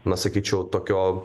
na sakyčiau tokio